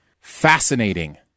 Fascinating